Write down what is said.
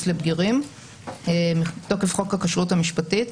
לבגירים מתוקף חוק הכשרות המשפטית.